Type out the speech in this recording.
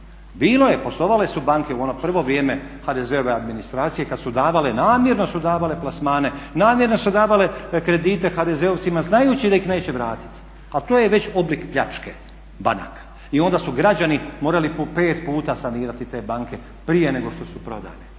Bilo je, poslovale su banke u ono prvo vrijeme HDZ-ove administracije kad su davale, namjerno su davale plasmane, namjerno su davale kredite HDZ-ovcima znajući da ih neće vratiti, a to je već oblik pljačke banaka. I onda su građani morali po 5 puta sanirati te banke prije nego što su prodali.